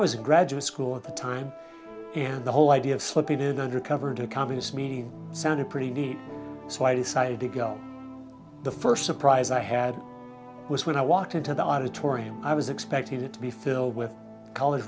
was in graduate school at the time and the whole idea of slipping in undercover to a communist meeting sounded pretty neat so i decided to go the first surprise i had was when i walked into the auditorium i was expecting it to be filled with college